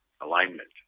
alignment